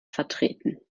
vertreten